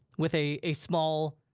with a a small,